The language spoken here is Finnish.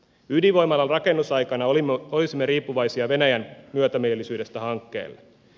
ydinvoimalan rakennusaikana olisimme riippuvaisia venäjän myötämielisyydestä hankkeelle